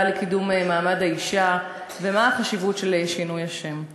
לקידום מעמד האישה ומה החשיבות של שינוי השם.